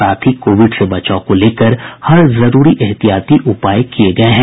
साथ ही कोविड से बचाव को लेकर हर जरूरी एहतियाती उपाय किये गये हैं